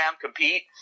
compete